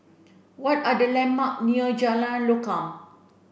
what are the landmark near Jalan Lokam